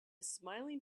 smiling